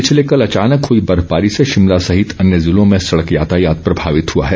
पिछले कल अचानक हुई बर्फबारी से शिमला सहित अन्य जिलों में सड़क यातायात प्रभावित हुआ है